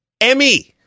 Emmy